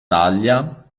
taglia